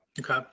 Okay